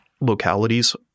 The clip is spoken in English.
localities